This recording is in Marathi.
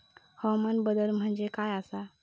हवामान बदल म्हणजे काय आसा?